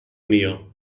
mio